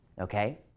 okay